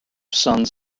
sons